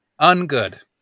ungood